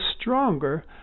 stronger